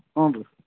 ಹ್ಞೂ ರೀ